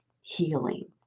healing